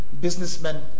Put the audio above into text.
businessmen